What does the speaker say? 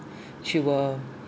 she will